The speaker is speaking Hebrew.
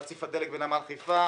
רציף הדלק בנמל חיפה,